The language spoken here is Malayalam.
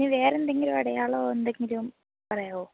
അതിന് വേറെന്തെങ്കിലും അടയാളമോ എന്തെങ്കിലും പറയാമോ